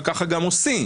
וכך גם עושים.